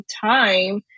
time